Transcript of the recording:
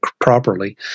properly